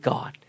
God